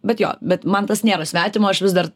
bet jo bet man tas nėra svetima aš vis dar